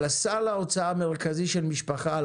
אבל סל ההוצאה המרכזי של משפחה על